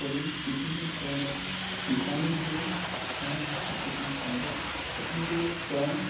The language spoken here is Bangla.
বলুন বিভিন্ন ধরনের ডিজাইন বলুন সমস্ত কিছু ওখানে পাওয়া যায় ওখান থেকে রঙ